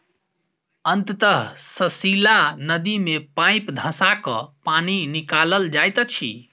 अंतः सलीला नदी मे पाइप धँसा क पानि निकालल जाइत अछि